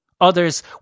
Others